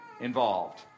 involved